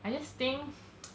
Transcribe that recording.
I just think